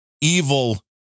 evil